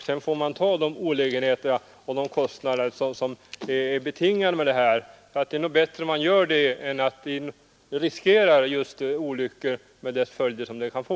Sedan får man ta de olägenheter och kostnader som är betingade av detta. Det är nog bättre att man gör det än att man riskerar olyckor med de följder detta kan få.